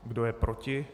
Kdo je proti?